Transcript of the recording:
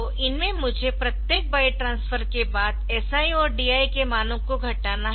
तो इनमें मुझे प्रत्येक बाइट ट्रांसफर के बाद SI और DI के मानों को घटाना है